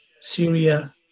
Syria